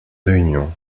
réunions